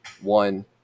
one